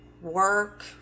work